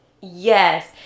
Yes